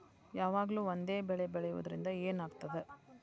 ಯಾವಾಗ್ಲೂ ಒಂದೇ ಬೆಳಿ ಬೆಳೆಯುವುದರಿಂದ ಏನ್ ಆಗ್ತದ?